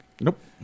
Nope